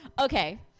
Okay